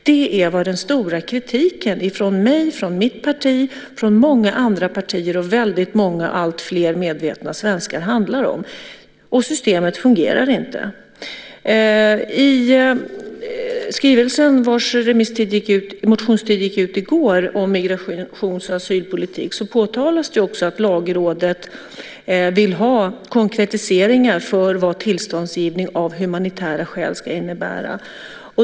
Det här är vad kritiken från mig, från mitt parti och andra partier och många alltfler medvetna svenskar handlar om. Systemet fungerar inte. I skrivelsen om migrations och asylpolitik - vars motionstid gick ut i går - påtalas också att Lagrådet vill ha konkretiseringar för vad tillståndsgivning av humanitära skäl ska innebära.